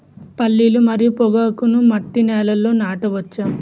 పల్లీలు మరియు పొగాకును మట్టి నేలల్లో నాట వచ్చా?